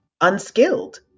unskilled